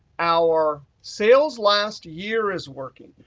our sales last year is working.